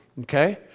okay